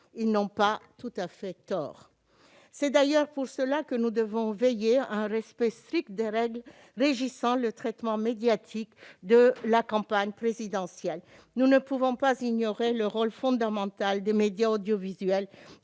Ils n'ont pas tout à fait tort. C'est d'ailleurs pour cela que nous devons veiller à un respect strict des règles régissant le traitement médiatique de la campagne présidentielle. Nous ne pouvons pas ignorer le rôle fondamental des médias audiovisuels